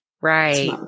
Right